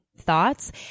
thoughts